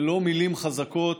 ולא מילים חזקות